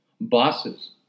bosses